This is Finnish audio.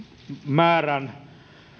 määrän